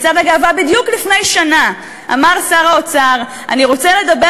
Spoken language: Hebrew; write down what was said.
במצעד הגאווה בדיוק לפני שנה אמר שר האוצר: אני רוצה לדבר